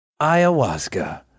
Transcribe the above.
ayahuasca